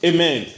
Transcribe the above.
Amen